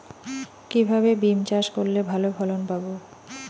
কিভাবে বিম চাষ করলে ভালো ফলন পাব?